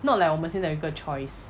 not like 我们现在有个 choice